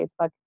Facebook